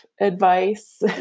advice